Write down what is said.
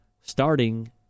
starting